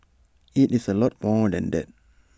IT is A lot more than that